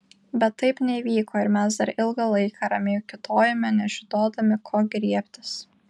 bet taip neįvyko ir mes dar ilgą laiką ramiai kiūtojome nežinodami ko griebtis